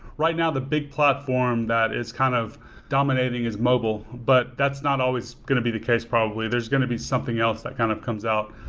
right now, the big platform that is kind of dominating is mobile, but that's not always going to be the case probably. there's going to be something else that kind of comes out.